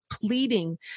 pleading